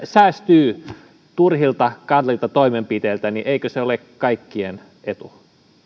säästyy turhilta kalliilta toimenpiteiltä niin eikö se ole kaikkien etu